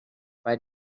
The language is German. bei